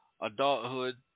adulthood